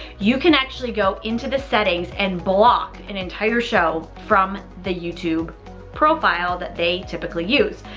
you can actually go into the settings and block an entire show from the youtube profile that they typically use.